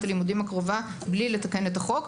הלימודים הקרובים בלי לתקן את החוק,